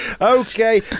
okay